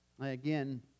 Again